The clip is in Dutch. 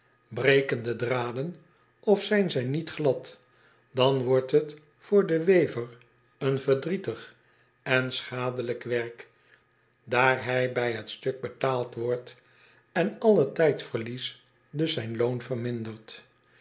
de draden of zijn zij niet glad dan wordt het voor den wever een verdrietig en schadelijk werk daar hij bij het stuk betaald wordt en alle tijdverlies dus zijn loon vermindert